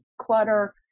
clutter